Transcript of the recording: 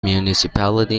municipality